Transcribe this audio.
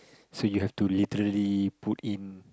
so you to literally put in